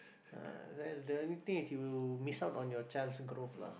ah the only thing is you miss out on your child's growth lah